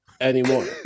anymore